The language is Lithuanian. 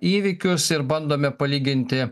įvykius ir bandome palyginti